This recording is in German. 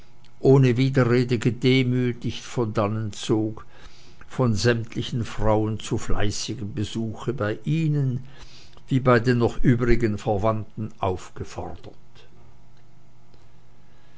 ohne widerrede gedemütigt von dannen zog von sämtlichen frauen zu fleißigem besudle bei ihnen wie bei den noch übrigen verwandten aufgefordert